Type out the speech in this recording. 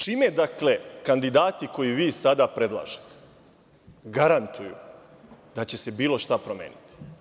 Čime kandidati koje vi sada predlažete garantuju da će se bilo šta promeniti?